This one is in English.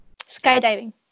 skydiving